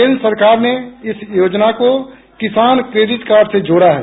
केन्द्र सरकार ने इस योजना को किंसान क्रेडिट कार्ड से जोड़ा है